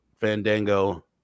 Fandango